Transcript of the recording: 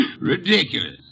Ridiculous